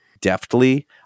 deftly